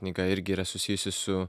knyga irgi yra susijusi su